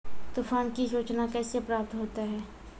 तुफान की सुचना कैसे प्राप्त होता हैं?